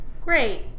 Great